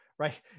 right